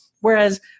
whereas